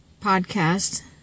podcast